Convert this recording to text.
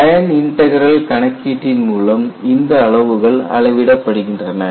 line integral கணக்கீட்டின் மூலம் இந்த அளவுகள் அளவிடப்படுகின்றன